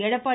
Edappadi